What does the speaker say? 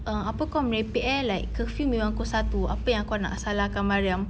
err apa yang kau merepek eh like curfew memang pukul satu apa yang kau nak salahkan mariam